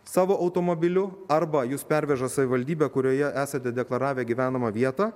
savo automobiliu arba jus perveža savivaldybė kurioje esate deklaravę gyvenamą vietą